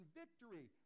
victory